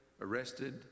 arrested